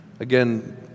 Again